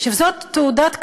שזאת תעודת כבוד,